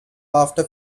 after